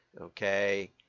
okay